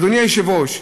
אדוני היושב-ראש,